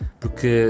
porque